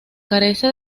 carece